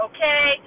Okay